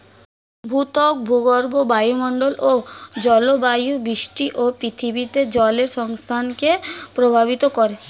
ভূত্বক, ভূগর্ভ, বায়ুমন্ডল ও জলবায়ু বৃষ্টি ও পৃথিবীতে জলের সংস্থানকে প্রভাবিত করে